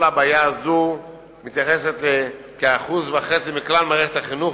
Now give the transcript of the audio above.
כל הבעיה הזו מתייחסת לכ-1.5% מכלל מערכת החינוך,